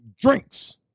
drinks